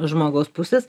žmogaus pusės